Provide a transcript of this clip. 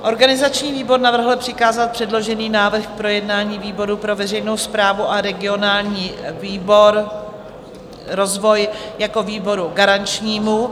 Organizační výbor navrhl přikázat předložený návrh k projednání výboru pro veřejnou správu a regionální rozvoj jako výboru garančnímu.